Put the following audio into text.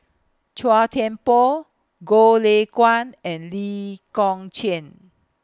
Chua Thian Poh Goh Lay Kuan and Lee Kong Chian